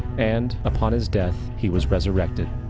and upon his death, he was resurrected.